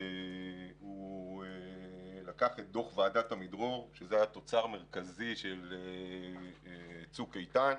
הוא לקח את דוח ועדת עמידרור שזה היה תוצר מרכזי של צוק איתן,